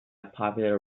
popular